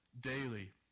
daily